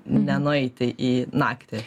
nenueiti į naktį